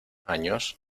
años